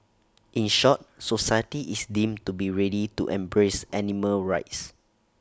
in short society is deemed to be ready to embrace animal rights